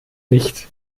nicht